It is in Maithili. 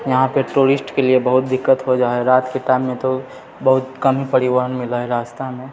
यहाँपे टूरिस्टके लिए बहुत दिक्कत हो जाए हइ रातिके टाइममे तो बहुत कम ही परिवहन मिलए हइ रास्तामे